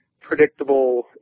predictable